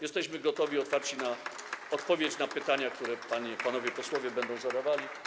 Jesteśmy gotowi, otwarci na odpowiedź na pytania, które panie i panowie posłowie będą zadawali.